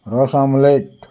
रस आममलेट